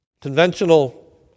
Conventional